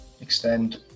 extend